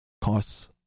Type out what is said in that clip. costs